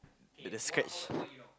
the scratch